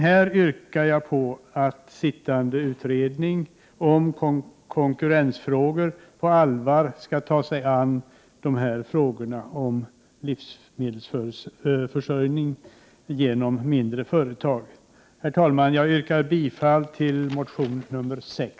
Jag yrkar att sittande utredning om konkurrensfrågor på allvar skall ta sig an de frågor som gäller livsmedelsförsörjning genom mindre företag. Herr talman! Jag yrkar bifall till reservation 6!